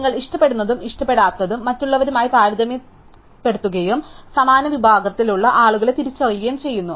നിങ്ങൾ ഇഷ്ടപ്പെടുന്നതും ഇഷ്ടപ്പെടാത്തതും മറ്റുള്ളവരുമായി താരതമ്യപ്പെടുത്തുകയും സമാന വിഭാഗത്തിലുള്ള ആളുകളെ തിരിച്ചറിയുകയും ചെയ്യുന്നു